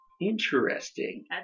Interesting